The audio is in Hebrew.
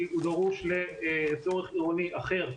כי הוא דרוש לצורך עירוני אחר.